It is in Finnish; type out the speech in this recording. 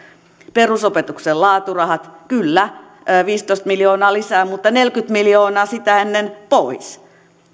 perusopetuksen laaturahat kyllä viisitoista miljoonaa lisää mutta neljäkymmentä miljoonaa sitä ennen pois